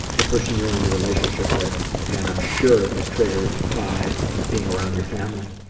the person you're in the relationship with, and i'm sure it was triggered by being around your family,